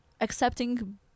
accepting